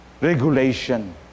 regulation